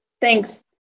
Thanks